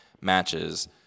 matches